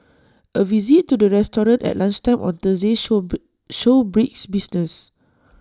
A visit to the restaurant at lunchtime on Thursday showed showed brisk business